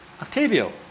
Octavio